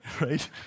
right